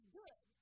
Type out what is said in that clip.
good